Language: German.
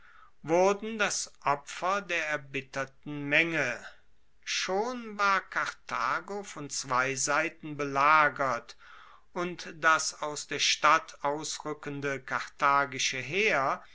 wurden das opfer der erbitterten menge schon war karthago von zwei seiten belagert und das aus der stadt ausrueckende karthagische heer